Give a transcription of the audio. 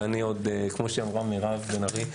וכמו שאמרה מירב בן ארי,